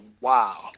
wow